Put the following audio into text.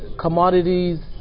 commodities